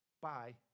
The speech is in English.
Bye